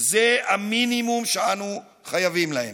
זה המינימום שאנו חייבים להם.